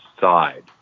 side